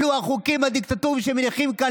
אלו החוקים הדיקטטוריים שמניחים כאן